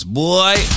boy